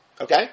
Okay